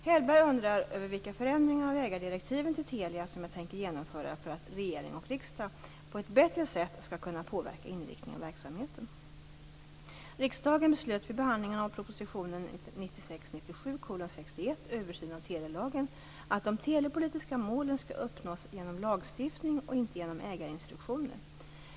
Hellberg undrar vilka förändringar av ägardirektiven till Telia som jag tänker genomföra för att regering och riksdag på ett bättre sätt skall kunna påverka inriktningen av verksamheten. Riksdagen beslöt vid behandlingen av propositionen 1996/97:61 Översyn av telelagen att de telepolitiska målen skall uppnås genom lagstiftning och inte genom ägarinstruktioner.